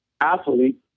athlete